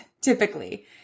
typically